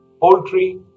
poultry